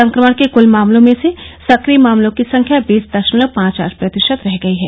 संक्रमण के कुल मामलों में से सक्रिय मामलों की संख्या बीस दशमलव पांच आठ प्रतिशत रह गई है